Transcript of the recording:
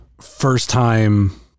first-time